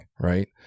right